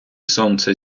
сонце